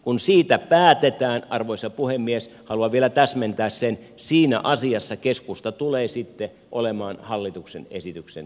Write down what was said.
kun siitä päätetään arvoisa puhemies haluan vielä täsmentää että siinä asiassa keskusta tulee sitten olemaan hallituksen esityksen takana